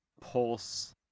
Pulse